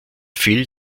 fiel